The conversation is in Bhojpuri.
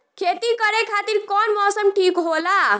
खेती करे खातिर कौन मौसम ठीक होला?